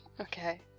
Okay